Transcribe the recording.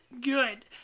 good